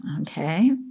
Okay